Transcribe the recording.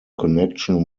connection